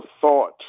thought